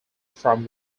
from